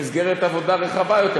במסגרת עבודה רחבה יותר,